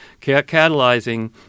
catalyzing